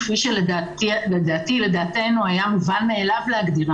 כפי שלדעתי ולדעתנו היה מובן מאליו לעשות,